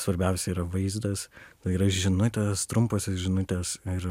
svarbiausia yra vaizdas tai yra žinutės trumposios žinutės ir